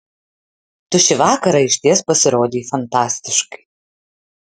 tu šį vakarą išties pasirodei fantastiškai